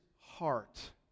heart